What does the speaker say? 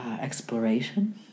exploration